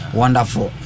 wonderful